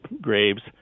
graves